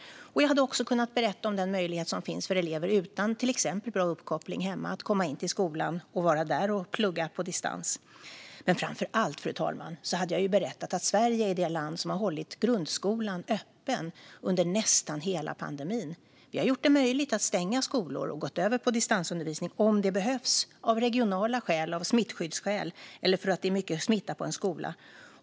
Jag hade också kunnat berätta om den möjlighet som finns för elever utan till exempel bra uppkoppling hemma att komma in till skolan och vara där och plugga på distans. Framför allt, fru talman, hade jag dock berättat att Sverige är det land som har hållit grundskolan öppen under nästan hela pandemin. Vi har gjort det möjligt att stänga skolor och gå över till distansundervisning om det behövs av regionala skäl, av smittskyddsskäl eller för att det är mycket smitta på en skola.